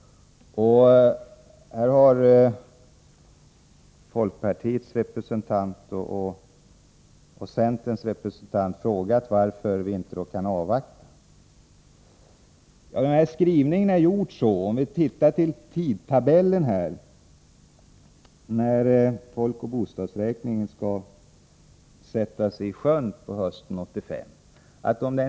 Folkpartiets och centerns representanter har här frågat varför vi inte kan avvakta. Det framgår av skrivningen och den tidtabell som finns där att folkoch bostadsräkningen skall sättas i sjön på hösten 1985.